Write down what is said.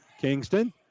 Kingston